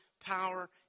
power